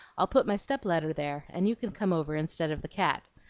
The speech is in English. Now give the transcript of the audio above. i'll put my step-ladder there, and you can come over instead of the cat.